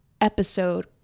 episode